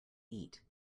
eat